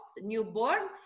newborn